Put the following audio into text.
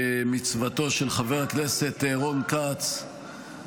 כמצוותו של חבר הכנסת רון כץ,